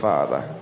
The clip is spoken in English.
Father